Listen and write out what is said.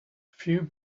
few